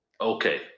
okay